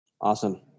Awesome